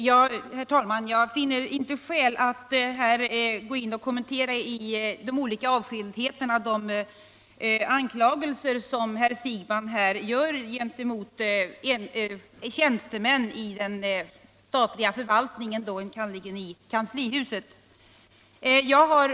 Herr talman! Jag finner inte skäl att här kommentera olika enskildheter i de anklagelser som herr Siegbahn riktar mot tjänstemän i den svenska förvaltningen, enkannerligen i kanslihuset.